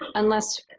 unless